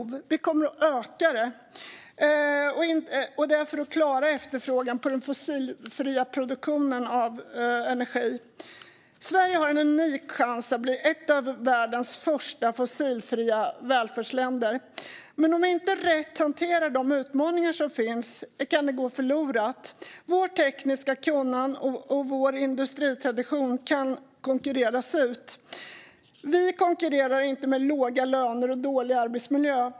Vi måste klara efterfrågan på fossilfri produktion av energi. Sverige har en unik chans att bli ett av världens första fossilfria välfärdsländer. Men om vi inte rätt hanterar de utmaningar som finns kan detta gå förlorat. Vårt tekniska kunnande och vår industritradition kan konkurreras ut. Vi konkurrerar inte med låga löner och dålig arbetsmiljö.